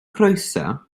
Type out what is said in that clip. croeso